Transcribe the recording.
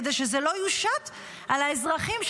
כדי שזה לא יושת על האזרחים,